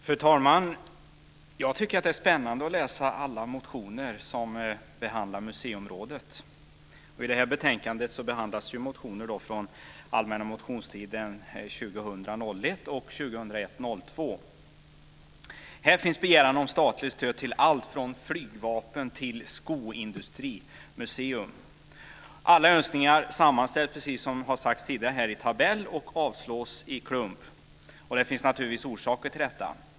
Fru talman! Det är spännande att läsa alla motioner som behandlar museiområdet. I detta betänkande behandlas motioner från den allmänna motionstiden både 2000 02. Här finns begäran om statligt stöd till allt från flygvapen till skoindustrimuseum. Alla önskningar sammanställs, som sagts tidigare här, i tabell och avslås i klump. Det finns naturligtvis orsaker till detta.